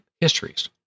histories